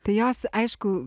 tai jos aišku